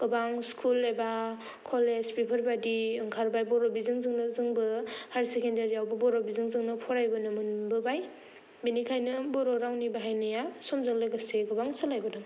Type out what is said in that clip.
गोबां स्कुल एबा कलेज बेफोरबायदि ओंखारबाय बर' बिजों जोंनो जोंबो हायार सेकेन्डारिआवबो बर' बिजोंजोंनो फरायबोनो मोनबोबाय बेनिखायनो बर' रावनि बाहायनाया समजों लोगोसे गोबां सोलायबोदों